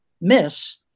miss